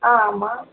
ஆ ஆமாம்